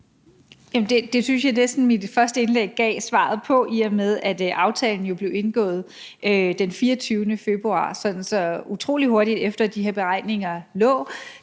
det synes jeg næsten mit første indlæg gav svaret på, i og med at aftalen jo blev indgået den 24. februar. Så utrolig hurtigt efter de her beregninger lå,